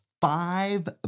five